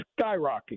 skyrocketing